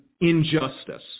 injustice